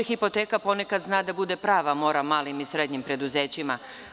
Hipoteka ponekad zna da bude prava mora malim i srednjim preduzećima.